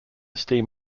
steam